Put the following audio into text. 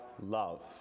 love